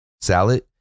salad